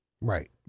Right